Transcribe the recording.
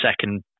second